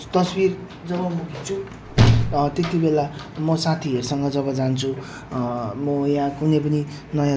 अनि हामीले एकदम रमाइलो गर्यौँ त्यसपश्चात् चाहिँ हामीले त्यहाँनेर इभिनिङ स्नेक्सहरू गर्यौँ त्यहाँदेखि चाहिँ हामी त्यहाँबाट